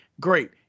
Great